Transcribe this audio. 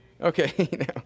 Okay